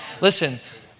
Listen